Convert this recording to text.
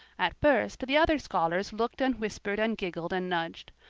at first the other scholars looked and whispered and giggled and nudged.